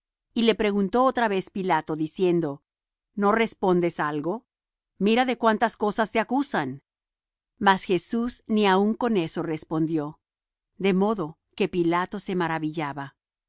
y le preguntó otra vez pilato diciendo no respondes algo mira de cuántas cosas te acusan mas jesús ni aun con eso respondió de modo que pilato se maravillaba